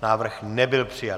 Návrh nebyl přijat.